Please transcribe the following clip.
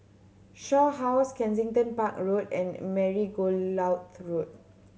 Shaw House Kensington Park Road and Margoliouth Road